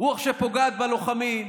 רוח שפוגעת בלוחמים,